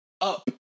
up